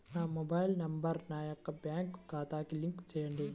నా mobile number నా యొక్క బ్యాంక్ ఖాతాకి లింక్ చేయండీ?